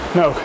no